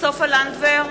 סופה לנדבר,